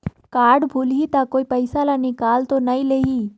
Card भुलाही ता कोई पईसा ला निकाल तो नि लेही?